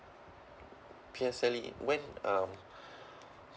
P_S_L_E when um